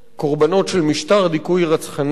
קורבנות של משטר דיכוי רצחני.